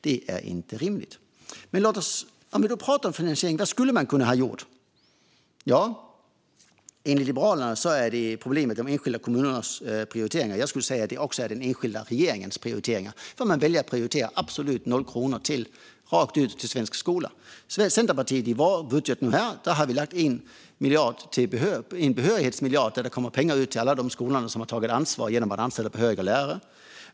Det är inte rimligt. Men låt oss då prata om finansiering. Vad skulle man ha kunnat göra? Enligt Liberalerna är problemet de enskilda kommunernas prioriteringar. Jag skulle säga att det också är den enskilda regeringens prioriteringar. Man väljer att prioritera noll kronor rakt ut till svensk skola. I Centerpartiets budget har vi lagt in en behörighetsmiljard där det kommer ut pengar till alla skolor som har tagit ansvar genom att anställa behöriga lärare.